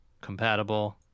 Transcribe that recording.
compatible